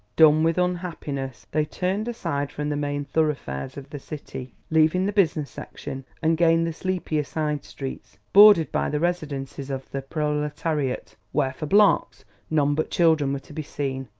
dumb with unhappiness, they turned aside from the main thoroughfares of the city, leaving the business section, and gained the sleepier side streets, bordered by the residences of the proletariat, where for blocks none but children were to be seen,